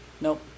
Nope